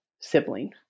sibling